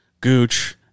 Gooch